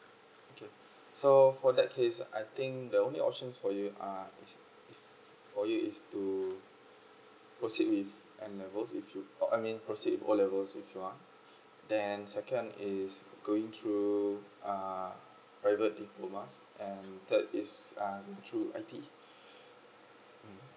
okay so for that case I think the only option for you uh for you is to proceed with N levels if you uh I mean proceed O levels if you want then second is going through uh private diploma and third is um through um